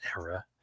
era